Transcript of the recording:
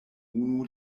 unu